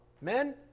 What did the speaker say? Men